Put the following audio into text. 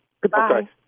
Goodbye